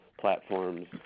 platforms